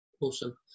Awesome